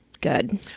good